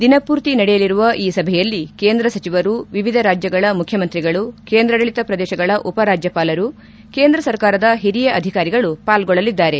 ದಿನಪೂರ್ತಿ ನಡೆಯಲಿರುವ ಈ ಸಭೆಯಲ್ಲಿ ಕೇಂದ್ರ ಸಚವರು ವಿವಿಧ ರಾಜ್ಯಗಳ ಮುಖ್ಯಮಂತ್ರಿಗಳು ಕೇಂದ್ರಾಡಳಿತ ಪ್ರದೇಶಗಳ ಉಪ ರಾಜ್ಯಪಾಲರು ಕೇಂದ್ರ ಸರ್ಕಾರದ ಹಿರಿಯ ಅಧಿಕಾರಿಗಳು ಪಾಲ್ಗೊಳ್ಳಲಿದ್ದಾರೆ